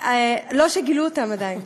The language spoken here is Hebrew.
לא שגילו אותם עדיין.